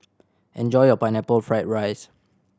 enjoy your Pineapple Fried rice